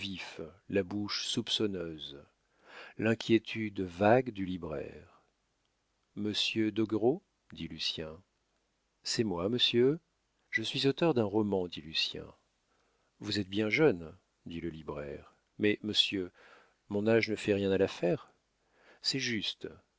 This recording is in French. la bouche soupçonneuse l'inquiétude vague du libraire monsieur doguereau dit lucien c'est moi monsieur je suis auteur d'un roman dit lucien vous êtes bien jeune dit le libraire mais monsieur mon âge ne fait rien à l'affaire c'est juste